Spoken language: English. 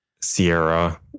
Sierra